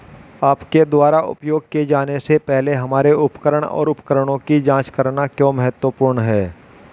आपके द्वारा उपयोग किए जाने से पहले हमारे उपकरण और उपकरणों की जांच करना क्यों महत्वपूर्ण है?